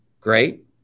Great